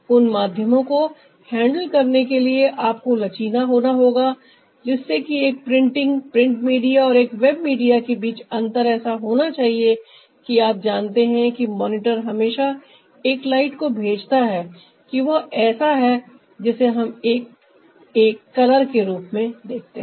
उन माध्यमों को हैंडल करने के लिए आपको लचीला होना होगा जिससे कि एक प्रिंटिंग प्रिंट मीडिया और एक वेब मीडिया के बीच अंतर ऐसा होना चाहिए कि आप जानते हैं कि मॉनिटर हमेशा एक लाइट को भेजता है कि वह ऐसा है जिसे हम एक एक कलर के रूप में देखते हैं